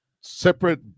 separate